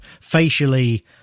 facially